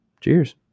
cheers